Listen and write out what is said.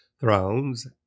thrones